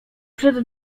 przed